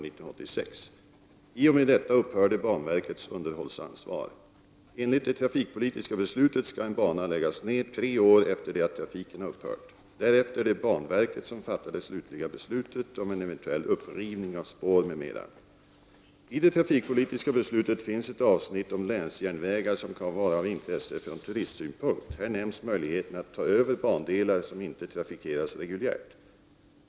I det trafikpolitiska beslutet finns ett avsnitt om länsjärnvägar som kan vara av intresse från turistsynpunkt. Här nämns möjligheten att ta över bandelar som inte trafikeras reguljärt.